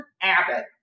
Abbott